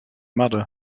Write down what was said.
mother